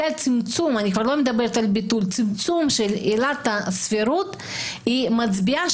אני כבר לא מדברת על ביטול אלא על צמצום עילת הסבירות שמצביעה על